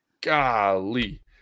golly